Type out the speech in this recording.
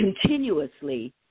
continuously